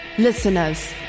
Listeners